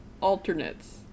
Alternates